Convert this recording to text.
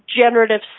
generative